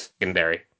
secondary